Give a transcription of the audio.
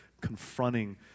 confronting